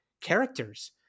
characters